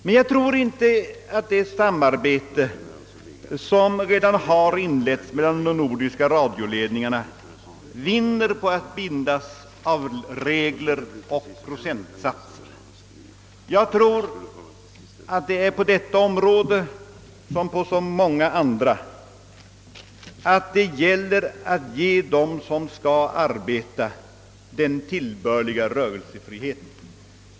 Jag tror emellertid inte att det samarbete som redan har inletts mellan de nordiska radioledningarna vinner på att bindas av regler och procentsatser. Jag tror att det är på detta område som på så många andra: det gäller att ge dem som skall arbeta tillbörlig rörelsefrihet.